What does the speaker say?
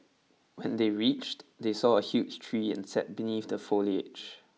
when they reached they saw a huge tree and sat beneath the foliage